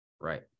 Right